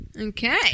Okay